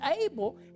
able